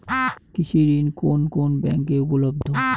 কৃষি ঋণ কোন কোন ব্যাংকে উপলব্ধ?